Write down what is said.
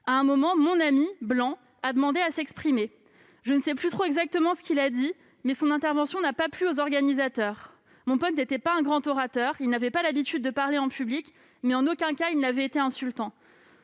À un moment, mon ami, blanc, a demandé à s'exprimer. Je ne sais plus trop exactement ce qu'il a dit, mais son intervention n'a pas plu aux organisateurs. Mon pote n'était pas un grand orateur, il n'avait pas l'habitude de parler en public, mais, en aucun cas, il n'avait été insultant.